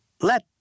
Let